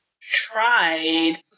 tried